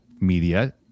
Media